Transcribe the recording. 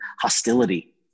hostility